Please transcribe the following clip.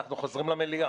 אנחנו חוזרים למליאה.